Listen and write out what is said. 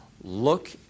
look